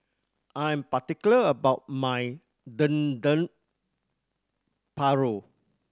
I'm particular about my Dendeng Paru